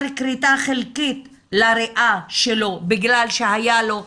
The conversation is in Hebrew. כריתה חלקית לריאה שלו בגלל שהיה לו גידול,